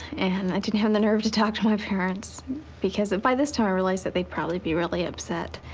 and i didn't have the nerve to talk to my parents because by this time, i realized that they'd probably be really upset.